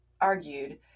argued